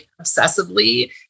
obsessively